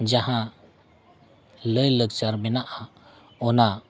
ᱡᱟᱦᱟᱸ ᱞᱟᱭᱼᱞᱟᱠᱪᱟᱨ ᱢᱮᱱᱟᱜᱼᱟ ᱚᱱᱟ